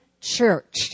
church